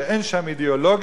שאין שם אידיאולוגיות,